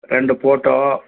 ரெண்டு ஃபோட்டோ